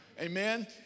Amen